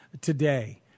today